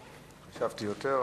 חשבתי יותר,